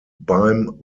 beim